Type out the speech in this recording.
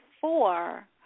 four